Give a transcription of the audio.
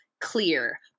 clear